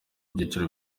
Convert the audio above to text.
byiciro